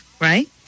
right